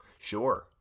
Sure